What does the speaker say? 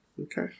okay